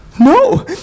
No